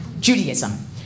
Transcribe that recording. Judaism